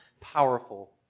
powerful